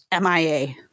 MIA